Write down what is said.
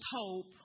hope